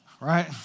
right